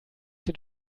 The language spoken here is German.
den